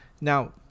now